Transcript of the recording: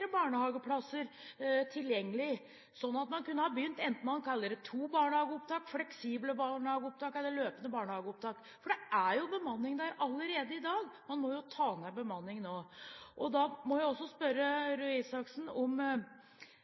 barnehageplasser tilgjengelig, og sånn at man kunne begynt med det man kaller to barnehageopptak, fleksible barnehageopptak eller løpende barnehageopptak? Det er bemanning der allerede i dag, men man må redusere bemanningen nå. Da må jeg spørre Røe Isaksen om